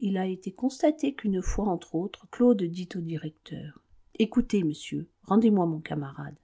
il a été constaté qu'une fois entre autres claude dit au directeur écoutez monsieur rendez-moi mon camarade